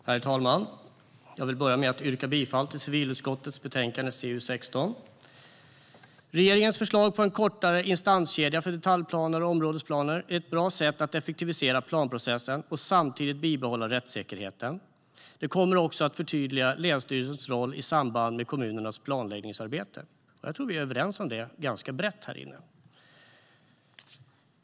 Herr talman! Jag vill börja med att yrka bifall till civilutskottets förslag i betänkande CU16. Regeringens förslag på en kortare instanskedja för detaljplaner och områdesplaner är ett bra sätt att effektivisera planprocessen och samtidigt bibehålla rättssäkerheten. Det kommer också att förtydliga länsstyrelsernas roll i samband med kommunernas planläggningsarbete. Jag tror att vi är överens om det ganska brett här inne.